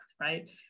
right